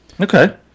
Okay